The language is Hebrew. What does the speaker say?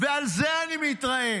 ועל זה אני מתרעם.